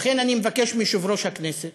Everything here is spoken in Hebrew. לכן אני מבקש מיושב-ראש הכנסת,